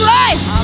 life